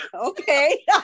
okay